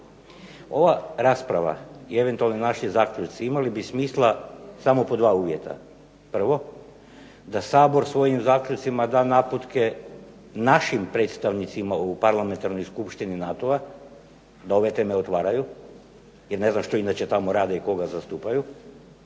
Ova rasprava i eventualni naši zaključci imali bi smisla samo pod 2 uvjeta. Prvo, da Sabor svojim zaključcima da naputke našim predstavnicima u Parlamentarnoj skupštini NATO-a da ove teme otvaraju jer ne znam što inače tamo rade i koga zastupaju.